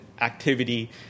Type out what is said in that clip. activity